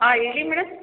ಹಾಂ ಹೇಳಿ ಮೇಡಮ್